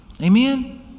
Amen